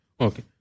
Okay